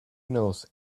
knows